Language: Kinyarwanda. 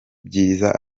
byiza